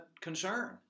concern